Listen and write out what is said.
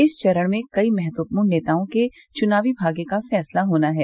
इस चरण में कई महत्वपूर्ण नेताओं के चुनावी भाग्य का फैसला होना है